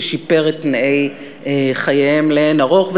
ששיפר את תנאי חייהם לאין ערוך.